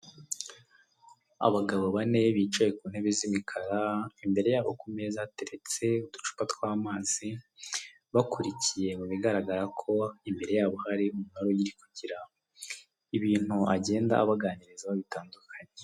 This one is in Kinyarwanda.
Abagabo bane bicaye ku ntebe z'imikara imbere yabo ku meza hateretse uducupa tw'amazi bakurikiye mu bigaragara ko imbere yabo hari uri kugira ibintu agenda abaganirizaho bitandukanye.